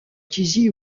tizi